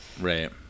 Right